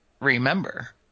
Remember